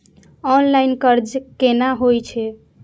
Online कर्ज केना होई छै?